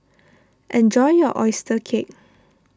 enjoy your Oyster Cake